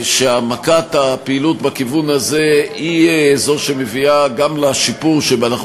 שהעמקת הפעילות בכיוון הזה היא זו שמביאה גם לשיפור שאנחנו